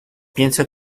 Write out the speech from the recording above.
pienso